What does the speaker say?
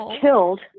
killed